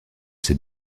ces